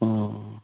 অঁ